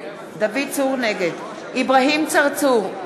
נגד אברהים צרצור,